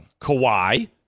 Kawhi